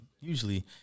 usually